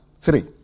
Three